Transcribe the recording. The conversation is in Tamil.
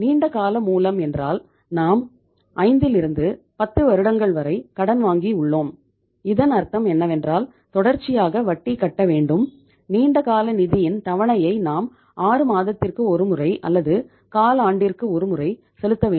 நீண்டகால மூலம் என்றால் நாம் ஐந்தில் இருந்து பத்து வருடங்கள் வரை கடன் வாங்கி உள்ளோம் இதன் அர்த்தம் என்னவென்றால் தொடர்ச்சியாக வட்டி கட்ட வேண்டும் நீண்டகால நிதியின் தவணையை நாம் ஆறு மாதத்திற்கு ஒருமுறை அல்லது கால் ஆண்டிற்கு ஒருமுறை செலுத்த வேண்டும்